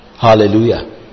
Hallelujah